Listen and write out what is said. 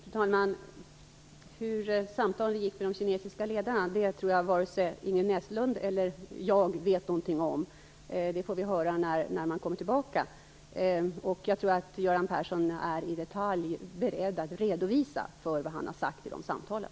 Fru talman! Hur samtalen med de kinesiska ledarna gick tror jag inte att vare sig Ingrid Näslund eller jag vet någonting om. Det får vi höra när Göran Persson kommer tillbaka. Jag tror att han är beredd att i detalj redovisa vad han har sagt i de samtalen.